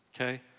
Okay